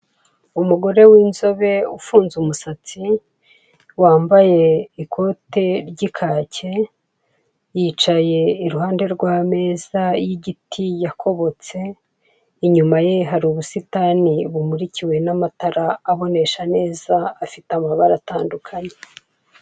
Umugore w'inzobe ufunze umusatsi wambaye ikote ry'ikake, yicaye iruhande rw'ameza y'igiti yakobotse, inyuma ye hari ubusitani bumurikiwe n'amatara abonesha neza afite amabara atandukanye.